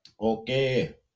Okay